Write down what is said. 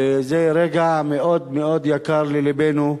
וזה רגע מאוד מאוד יקר ללבנו,